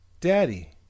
Daddy